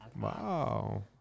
Wow